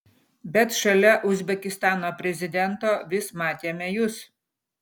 bet šalia uzbekistano prezidento vis matėme jus